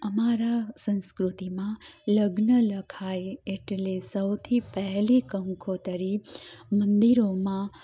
અમારા સંસ્કૃતિમાં લગ્ન લખાય એટલે સૌથી પહેલી પહેલી કંકોત્રી મંદિરોમાં